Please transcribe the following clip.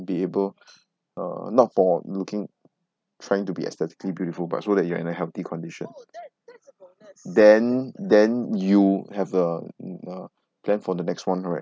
be able uh not for looking trying to be aesthetically beautiful but so that you are in a healthy condition then then you have a a plan for the next [one] right